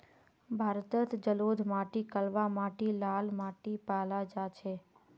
भारतत जलोढ़ माटी कलवा माटी लाल माटी पाल जा छेक